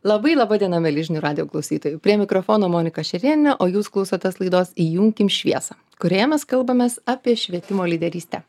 labai laba diena mieli žinių radijo klausytojai prie mikrofono monika šerėnienė o jūs klausotės laidos įjunkim šviesą kurioje mes kalbamės apie švietimo lyderystę